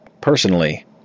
Personally